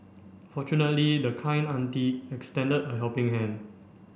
fortunately the kind auntie extended a helping hand